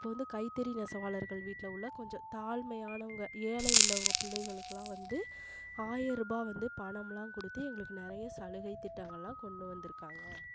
இப்போ வந்து கைத்தறி நெசவாளர்கள் வீட்டில் உள்ள கொஞ்சம் தாழ்மையானவங்க ஏழை உள்ளவங்க புள்ளைகளுக்கெல்லாம் வந்து ஆயர ரூபா வந்து பணம்லாம்கொடுத்து எங்களுக்கு நிறைய சலுகை திட்டங்கள்லாம் கொண்டு வந்திருக்காங்க